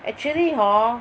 actually hor